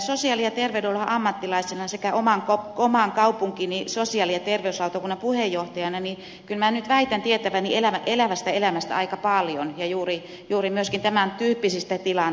sosiaali ja terveydenhuollon ammattilaisena sekä oman kaupunkini sosiaali ja terveyslautakunnan puheenjohtajana kyllä väitän tietäväni elävästä elämästä aika paljon ja juuri myöskin tämän tyyppisistä tilanteista